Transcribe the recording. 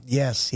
yes